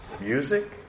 music